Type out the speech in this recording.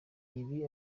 ibi